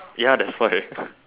ya thats why